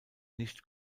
nicht